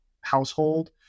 household